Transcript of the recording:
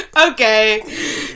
okay